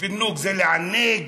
פינוק זה לענג.